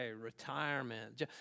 retirement